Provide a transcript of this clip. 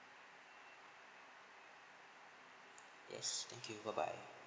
yes thank you bye bye